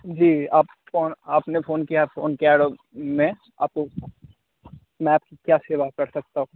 जी आप फोन आपने फोन किया फोन किया तो मैं आपको मैं आपकी क्या सेवा कर सकता हूँ